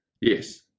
Yes